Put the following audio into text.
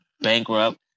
bankrupt